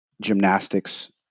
gymnastics